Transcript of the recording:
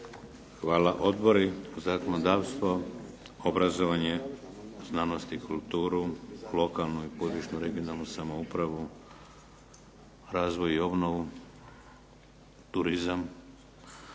Hvala. Odbori, zakonodavstvo, obrazovanje, znanost i kulturu, konačnu i područnu (regionalnu) samoupravu, razvoj i obnovu, turizam.